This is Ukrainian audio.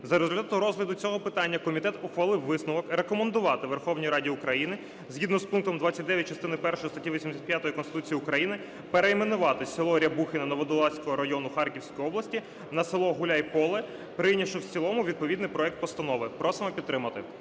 За результатом розгляду цього питання комітет ухвалив висновок рекомендувати Верховній Раді України, згідно з пунктом 29 частини першої статті 85 Конституції України перейменувати село Рябухине Нововодолазького району Харківської області на село Гуляй Поле, прийнявши в цілому відповідний проект постанови. Просимо підтримати.